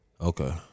Okay